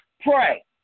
pray